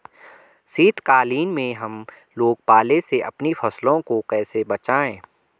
शीतकालीन में हम लोग पाले से अपनी फसलों को कैसे बचाएं?